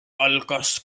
algas